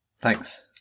Thanks